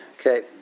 Okay